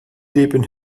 leben